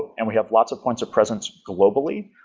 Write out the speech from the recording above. and we have lots of points of presence globally.